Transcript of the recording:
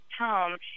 home